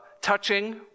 touching